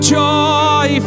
joy